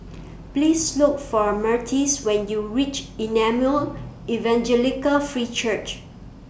Please Look For Myrtis when YOU REACH Emmanuel Evangelical Free Church